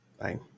Bye